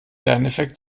lerneffekt